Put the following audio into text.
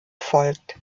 folgt